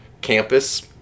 campus